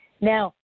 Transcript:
Now